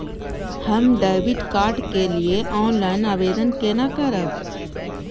हम debit card के लिए ऑनलाइन आवेदन केना करब?